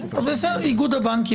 איגוד הבנקים,